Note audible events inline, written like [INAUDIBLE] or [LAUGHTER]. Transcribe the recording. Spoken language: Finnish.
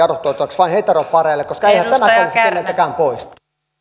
[UNINTELLIGIBLE] adoptoitavaksi vain heteropareille koska eihän tämä olisi keneltäkään pois